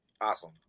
awesome